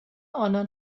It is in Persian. آنان